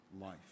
life